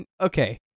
Okay